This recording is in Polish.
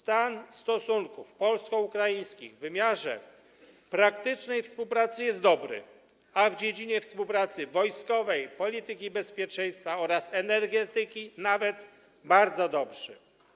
Stan stosunków polsko-ukraińskich w wymiarze praktycznej współpracy jest dobry, a w dziedzinie współpracy wojskowej, polityki bezpieczeństwa oraz energetyki - nawet bardzo dobry.